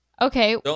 Okay